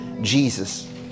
Jesus